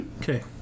Okay